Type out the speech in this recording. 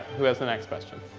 who has the next question?